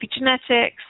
epigenetics